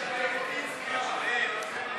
של קבוצת סיעת המחנה הציוני לסעיף 1 לא